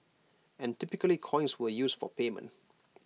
and typically coins were used for payment